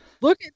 look